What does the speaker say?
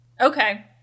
Okay